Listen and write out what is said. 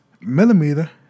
Millimeter